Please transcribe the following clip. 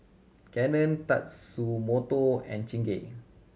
Canon Tatsumoto and Chingay